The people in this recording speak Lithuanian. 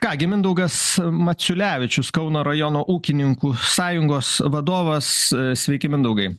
ką gi mindaugas maciulevičius kauno rajono ūkininkų sąjungos vadovas sveiki mindaugai